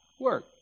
work